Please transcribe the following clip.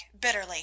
bitterly